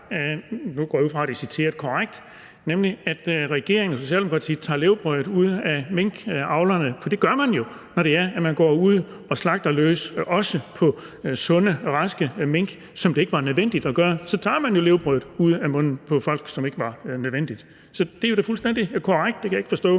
nu går jeg ud fra, at der er citeret korrekt – nemlig i forhold til at regeringen og Socialdemokratiet tager levebrødet fra minkavlerne. For det gør man jo, når det er, man går ud og slagter løs, også på sunde og raske mink, hvilket det ikke var nødvendigt at gøre – så tager man jo levebrødet ud af munden på folk, hvilket ikke var nødvendigt. Så det er da fuldstændig korrekt. Det kan jeg ikke forstå